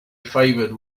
favored